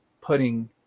putting